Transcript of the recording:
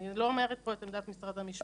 אני לא אומרת פה את עמדת משרד המשפטים.